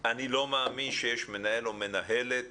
אני לא מאמין שיש מנהל או מנהלת